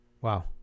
Wow